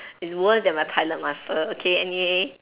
it's worst than my pilot master okay anyway